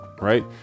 Right